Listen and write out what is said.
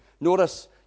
Notice